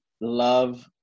love